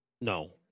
No